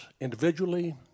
individually